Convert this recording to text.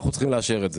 אנחנו צריכים לאשר את זה,